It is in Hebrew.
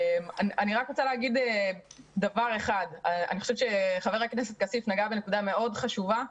אני חושבת שחבר הכנסת כסיף נגע בנקודה מאוד חשובה,